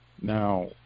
Now